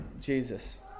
Jesus